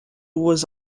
was